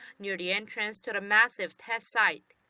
near the entrance to the massive test site.